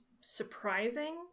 surprising